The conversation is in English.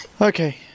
okay